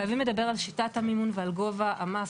אבל חייבים לדבר על שיטת המימון ועל גובה המס,